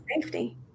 safety